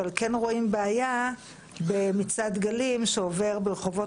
אבל כן רואים בעיה במצעד דגלים שעובר ברחובות